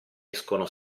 escono